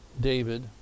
David